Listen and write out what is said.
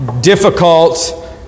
difficult